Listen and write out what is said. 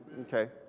Okay